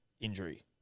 injury